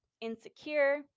insecure